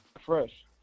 fresh